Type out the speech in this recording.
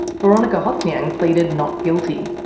boronika hothnyang pleaded not guilty.